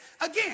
Again